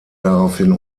daraufhin